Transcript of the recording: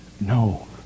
no